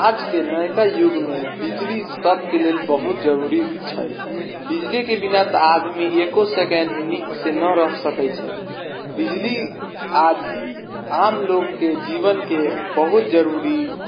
आजके नइका युगमे बिजली सबके लेल बहुत जरूरी छै बिजलीके बिना तऽ आदमी एको सेकेण्ड नीकसँ नहि रहै सकै छै बिजली आओर आमलोकके जीवनके बहुत जरूरी